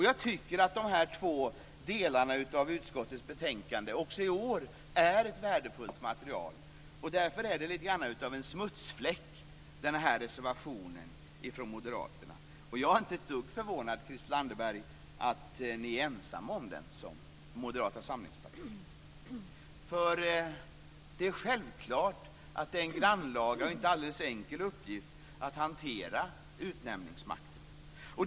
Jag tycker att de här två delarna av utskottets betänkande också i år är ett värdefullt material. Därför är reservationen från Moderaterna lite grann av en smutsfläck. Jag är inte ett dugg förvånad, Christel Anderberg, att Moderata samlingspartiet är ensamt om den. Det är ju självklart att det är en grannlaga och inte alldeles enkel uppgift att hantera utnämningsmakten.